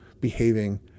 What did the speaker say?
behaving